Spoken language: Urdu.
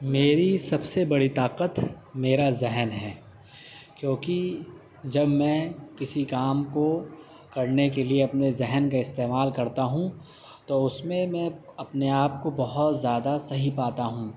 میری سب سے بڑی طاقت میرا ذہن ہے کیوں کہ جب میں کسی کام کو کرنے کے لیے اپنے ذہن کا استعمال کرتا ہوں تو اس میں میں اپنے آپ کو بہت زیادہ صحیح پاتا ہوں